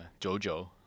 Jojo